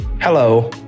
Hello